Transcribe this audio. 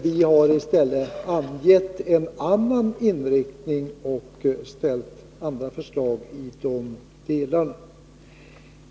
Vi har i stället angett en annan inriktning och framställt andra förslag i de delarna.